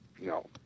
No